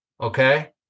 okay